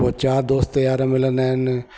पोइ चारि दोस्त यार मिलंदा आहिनि